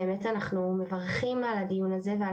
אנחנו באמת מברכים על הדיון הזה ועל